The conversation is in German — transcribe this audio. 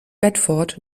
bedford